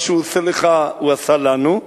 מה שהוא עושה לך הוא עשה לנו.